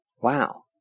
Wow